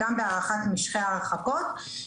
גם בהארכת משכי ההרחקות.